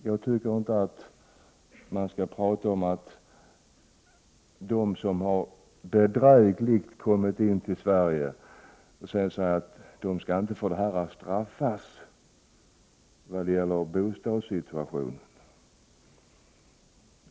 Jag tycker inte att man skall prata om att de som bedrägligt har kommit in till Sverige inte skall straffas när det gäller bostadssituationen.